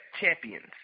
champions